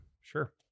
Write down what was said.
Sure